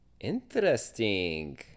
Interesting